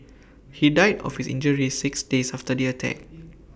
he died of his injuries six days after the attack